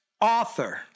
author